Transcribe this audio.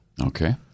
Okay